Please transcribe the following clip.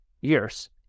years